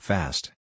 Fast